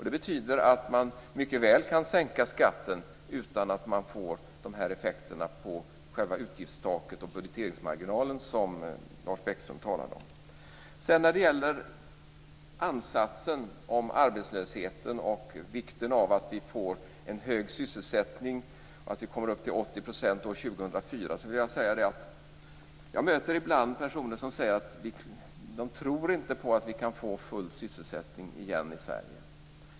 Det betyder att man mycket väl kan sänka skatten utan att man får de effekter på själva utgiftstaket och budgeteringsmarginalen som Lars Bäckström talade om. När det gäller ansatsen för arbetslösheten och vikten av att vi får en hög sysselsättning, att vi kommer upp till 80 % år 2004, vill jag säga att jag ibland möter personer som säger att de inte tror att vi kan få full sysselsättning igen i Sverige.